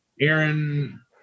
Aaron